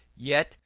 yet,